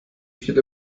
viele